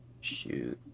Shoot